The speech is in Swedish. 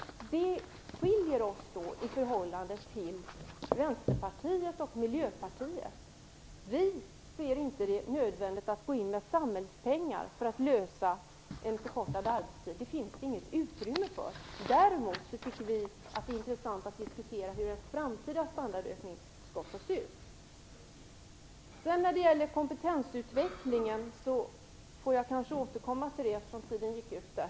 Detta skiljer oss från Vänsterpartiet och Miljöpartiet. Vi ser det inte nödvändigt att gå in med samhällspengar för att lösa frågan om förkortad arbetstid. Det finns det inte pengar för. Däremot tycker vi det är intressant att diskutera hur en framtida standardökning skall tas ut. Kompetensutvecklingen får jag återkomma till eftersom min tid gick ut nu.